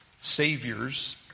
saviors